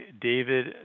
David